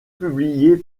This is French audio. publiés